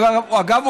אגב,